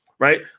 Right